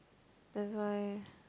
that's why